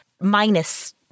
minus